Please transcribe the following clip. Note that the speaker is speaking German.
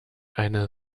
eine